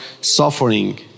suffering